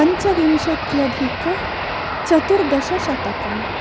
पञ्चविंशत्यधिक चतुर्दशशतम्